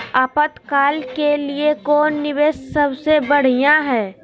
आपातकाल के लिए कौन निवेस सबसे बढ़िया है?